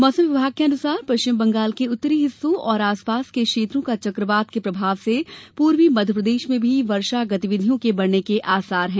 मौसम विभाग के अनुसार पश्चिम बंगाल के उत्तरी हिस्सों और आसपास के क्षेत्रों का चक्रवात के प्रभाव से पूर्वी मध्य प्रदेश में भी वर्षा गतिविधियों के बढ़ने के आसार है